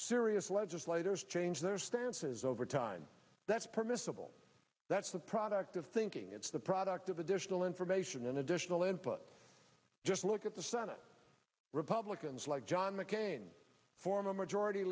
serious legislators change their stances over time that's permissible that's the product of thinking it's the product of additional information and additional input just look at the senate republicans like john mccain former majority